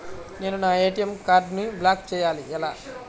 నేను నా ఏ.టీ.ఎం కార్డ్ను బ్లాక్ చేయాలి ఎలా?